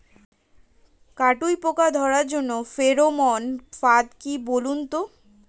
কাটুই পোকা ধরার জন্য ফেরোমন ফাদ কি বলুন তো?